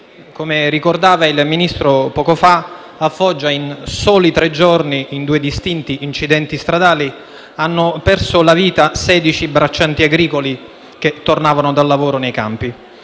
Come ricordava il Ministro poco fa, a Foggia, in soli tre giorni, in due distinti incidenti stradali, hanno perso la vita sedici braccianti agricoli, che tornavano dal lavoro nei campi.